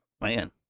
man